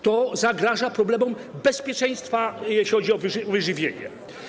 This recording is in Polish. To zagraża problemom bezpieczeństwa, jeśli chodzi o wyżywienie.